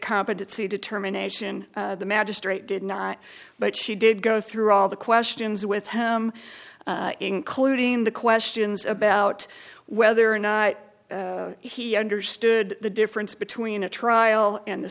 competency determination the magistrate did not but she did go through all the questions with him including the questions about whether or not he understood the difference between a trial and the